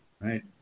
Right